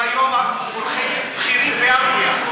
הם היום עורכי דין בכירים באנגליה.